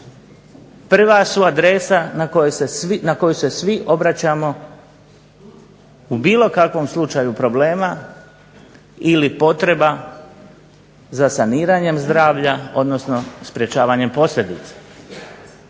prva su adresa na koju se svi obraćamo u bilo kakvom slučaju problema ili potreba za saniranjem zdravlja, osnovno sprečavanjem posljedica.